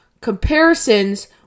comparisons